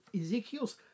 Ezekiel's